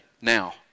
now